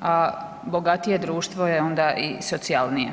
a bogatije društvo je onda i socijalnije.